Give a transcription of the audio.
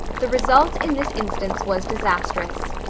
the result in this instance was disastrous.